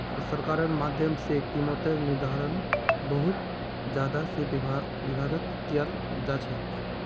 सरकारेर माध्यम से कीमतेर निर्धारण बहुत से विभागत कियाल जा छे